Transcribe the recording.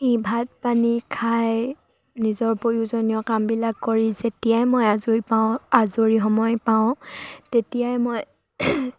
ভাত পানী খাই নিজৰ প্ৰয়োজনীয় কামবিলাক কৰি যেতিয়াই মই আজৰি পাওঁ আজৰি সময় পাওঁ তেতিয়াই মই